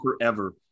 forever